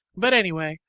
but anyway,